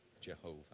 Jehovah